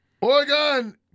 Oregon